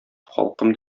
халкым